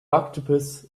octopus